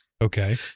Okay